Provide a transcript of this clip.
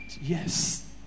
yes